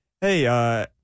hey